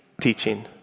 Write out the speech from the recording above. teaching